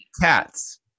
cats